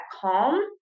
calm